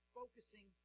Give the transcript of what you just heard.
focusing